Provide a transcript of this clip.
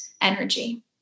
energy